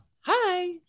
Hi